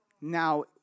Now